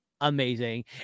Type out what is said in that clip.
amazing